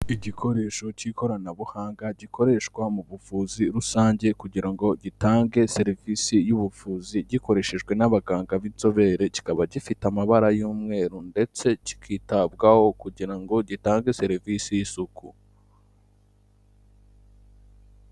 Igikoresho k'ikoranabuhanga gikoreshwa mu buvuzi rusange kugira ngo gitange serivisi y'ubuvuzi, gikoreshejwe n'abaganga b'inzobere kikaba gifite amabara y'umweru, ndetse kikitabwaho kugira ngo gitange serivisi y'isuku.